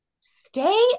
Stay